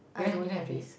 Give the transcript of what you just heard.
I don't have it